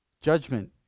judgment